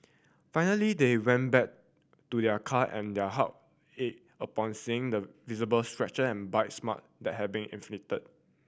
finally they went back to their car and their heart ached upon seeing the visible scratch and bites mark that had been inflicted